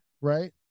right